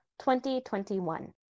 2021